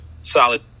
solid